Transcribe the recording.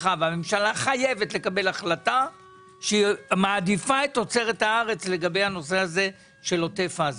חייבת לקבל החלטה שהיא מעדיפה את תוצרת הארץ לגבי עוטף עזה.